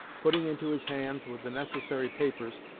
putting into his hands, with the necessary papers,